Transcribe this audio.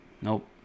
Nope